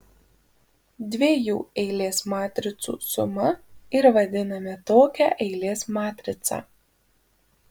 dviejų eilės matricų suma ir vadiname tokią eilės matricą